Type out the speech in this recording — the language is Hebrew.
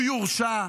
הוא יורשע.